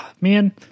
man